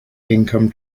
income